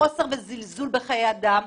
חוסר יחס, רשלנות וזלזול בחיי אדם